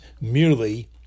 merely